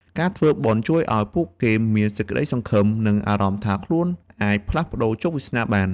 ការធ្វើបុណ្យ ជួយឱ្យពួកគេមានសេចក្ដីសង្ឃឹម និងអារម្មណ៍ថាខ្លួនអាចផ្លាស់ប្ដូរជោគវាសនាបាន។